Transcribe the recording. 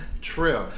True